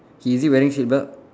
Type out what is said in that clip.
he is he wearing seat belt